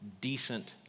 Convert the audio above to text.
decent